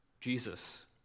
Jesus